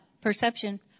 perception